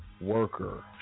worker